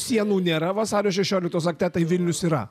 sienų nėra vasario šešioliktos akte tai vilnius yra